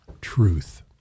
truth